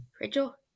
Rachel